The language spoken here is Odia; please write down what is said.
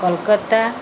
କୋଲକତା